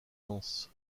lance